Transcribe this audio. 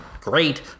great